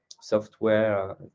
software